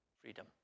freedom